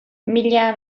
mila